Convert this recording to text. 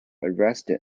arrested